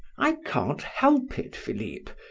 i can't help it, philip!